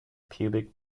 pubic